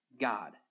God